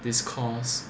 this course